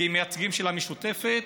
כמייצגים של המשותפת.